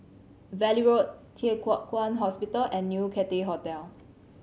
Valley Road Thye Hua Kwan Hospital and New Cathay Hotel